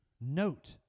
note